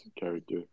character